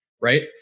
right